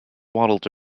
waddled